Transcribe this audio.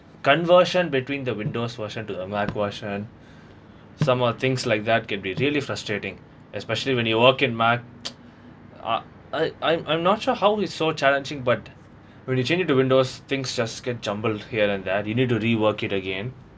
conversion between the windows version to a mac version somewhat things like that can be really frustrating especially when you work in mac I I'm I'm not sure how it's so challenging but when you change it to windows things just get jumbled here and there you need to rework it again